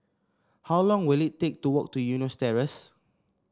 how long will it take to walk to Eunos Terrace